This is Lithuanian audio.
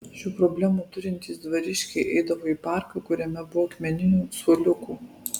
šių problemų turintys dvariškiai eidavo į parką kuriame buvo akmeninių suoliukų